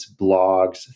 blogs